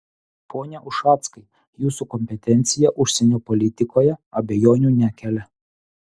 pone ušackai jūsų kompetencija užsienio politikoje abejonių nekelia